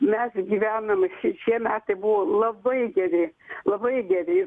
mes gyvenam šie metai buvo labai geri labai geri